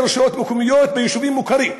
רשויות מקומיות ביישובים מוכרים.